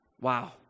Wow